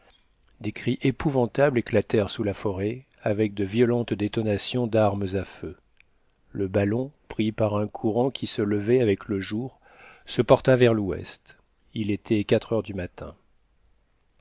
des cris épouvantables éclatèrent sous la forêt avec de violentes détonations d'armes à feu le ballon pris par un courant qui se levait avec le jour se porta vers l'ouest il était quatre heures du matin